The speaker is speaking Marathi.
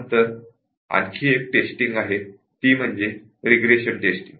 नंतर आणखी एक टेस्टिंग आहे ती म्हणजे रिग्रेशन टेस्टिंग